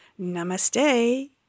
namaste